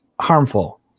harmful